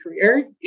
career